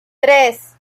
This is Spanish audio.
tres